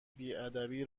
بیادبی